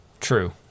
True